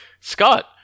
Scott